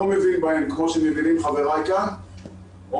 מבין בהם כמו שמבינים חבריי כאן אומרים: